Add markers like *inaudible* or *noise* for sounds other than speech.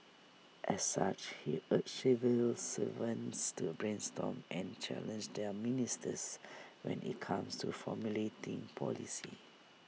as such he urged civil servants to brainstorm and challenge their ministers when IT comes to formulating policy *noise*